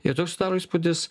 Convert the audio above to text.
ir toks susidaro įspūdis